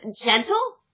Gentle